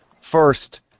first